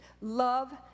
Love